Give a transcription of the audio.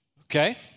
Okay